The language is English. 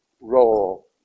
role